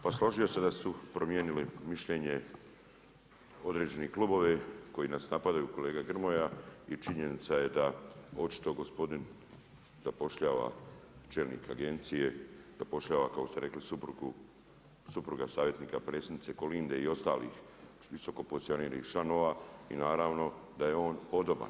Pa složio bi se da su promijenili mišljenje određeni klubovi, koji nas napadaju kolega Grmoja i činjenica je da očito gospodin zapošljava, čelnik agencije, zapošljava kako ste rekli suprugu, supruga savjetnika predsjednika Kolinde i ostalih visoko pozicioniranih članova i naravno da je on podoban.